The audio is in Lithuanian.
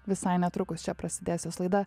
visai netrukus čia prasidės jos laida